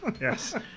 yes